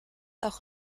auch